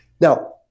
Now